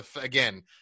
again